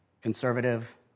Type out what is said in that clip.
conservative